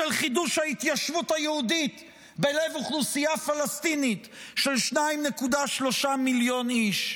של חידוש ההתיישבות היהודית בלב אוכלוסייה פלסטינית של 2.3 מיליון איש.